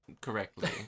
correctly